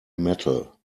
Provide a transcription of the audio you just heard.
metal